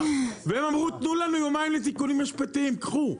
אמרו לנו תנו לנו יומיים לתיקונים משפטיים, קחו.